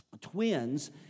twins